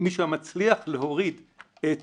שיכול להיות שצריך להחריג מהתחולה של הסעיף הזה.